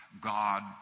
God